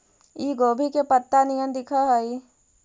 इ गोभी के पतत्ता निअन दिखऽ हइ